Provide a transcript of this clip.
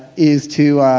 is to